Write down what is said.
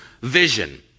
vision